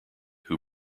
who